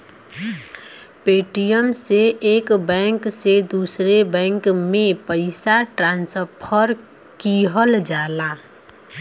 Paytm से एक bank से दूसरे बैंक में पइसा ट्रांसफर किहल जाला